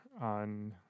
on